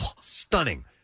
Stunning